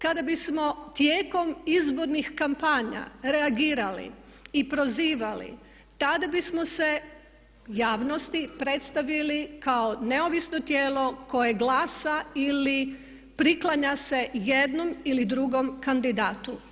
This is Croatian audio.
Kada bismo tijekom izbornih kampanja reagirali i prozivali tada bismo se javnosti predstavili kao neovisno tijelo koje glasa ili priklanja se jednom ili drugom kandidatu.